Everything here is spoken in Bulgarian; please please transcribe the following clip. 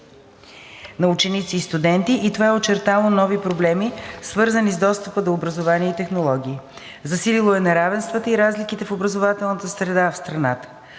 на ученици и студенти и това е очертало нови проблеми, свързани с достъпа до образование и технологии, засилило е неравенствата и разликите в образователната среда в страната.